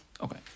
Okay